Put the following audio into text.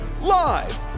live